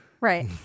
right